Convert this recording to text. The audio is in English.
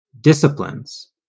disciplines